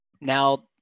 now